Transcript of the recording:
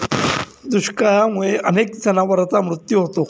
दुष्काळामुळे अनेक जनावरांचा मृत्यू होतो